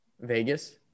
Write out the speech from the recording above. Vegas